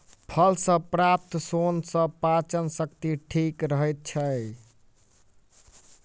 फल सॅ प्राप्त सोन सॅ पाचन शक्ति ठीक रहैत छै